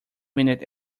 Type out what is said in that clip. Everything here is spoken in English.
minute